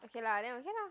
okay lah then okay lah